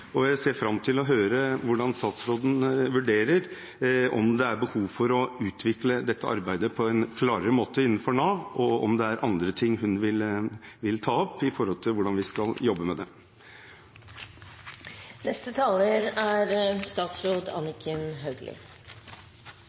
og jeg ser fram til å høre om hvordan statsråden vurderer, om det er behov for å utvikle dette arbeidet på en klarere måte innenfor Nav, og om det er andre ting hun vil ta opp når det gjelder hvordan vi skal jobbe med